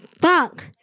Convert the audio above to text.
fuck